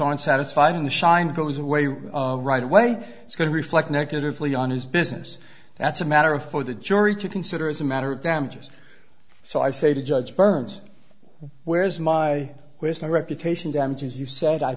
aren't satisfied in the shine goes away right away it's going to reflect negatively on his business that's a matter of for the jury to consider as a matter of damages so i say to judge burns where's my was my reputation damages you said i